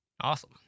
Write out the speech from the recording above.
Awesome